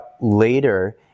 later